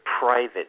private